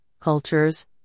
cultures